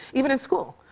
even in school.